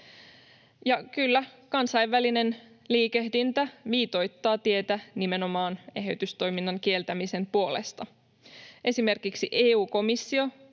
kyllä kansainvälinen liikehdintä viitoittaa tietä nimenomaan eheytystoiminnan kieltämisen puolesta. Esimerkiksi EU-komissio